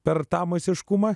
per tą masiškumą